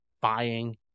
buying